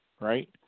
right